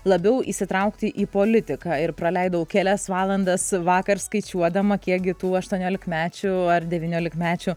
labiau įsitraukti į politiką ir praleidau kelias valandas vakar skaičiuodama kiekgi tų aštuoniolikmečių ar devyniolikmečių